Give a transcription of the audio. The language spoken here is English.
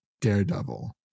Daredevil